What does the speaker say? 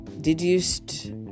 deduced